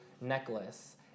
necklace